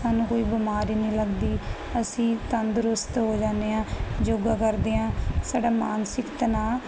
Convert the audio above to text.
ਸਾਨੂੰ ਕੋਈ ਬਿਮਾਰੀ ਨਹੀਂ ਲੱਗਦੀ ਅਸੀਂ ਤੰਦਰੁਸਤ ਹੋ ਜਾਦੇ ਆਂ ਯੋਗਾ ਕਰਦੇ ਆਂ ਸਾਡਾ ਮਾਨਸਿਕ ਤਨਾਅ